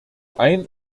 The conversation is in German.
ein